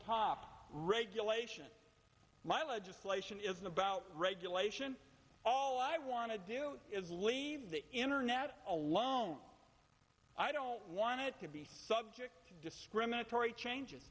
top regulation my legislation is about regulation all i want to do is leave the internet alone i don't want it to be subject to discriminatory changes